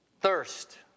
Thirst